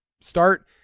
start